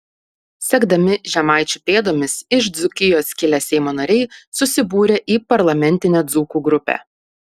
sekdami žemaičių pėdomis iš dzūkijos kilę seimo nariai susibūrė į parlamentinę dzūkų grupę